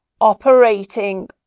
operating